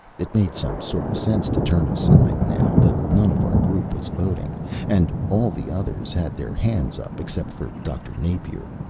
it made some sort of sense to turn aside now. but none of our group was voting and all the others had their hands up, except for dr. napier.